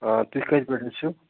آ تُہۍ کَتہِ پٮ۪ٹھ حظ چھِو